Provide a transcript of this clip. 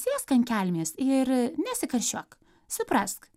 sėsk ant kelmės ir nesikarščiuok suprask